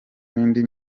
n’indi